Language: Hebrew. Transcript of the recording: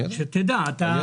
אני יודע.